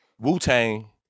Wu-Tang